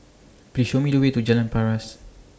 Please Show Me The Way to Jalan Paras